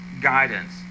guidance